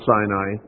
Sinai